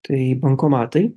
tai bankomatai